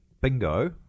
bingo